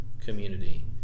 community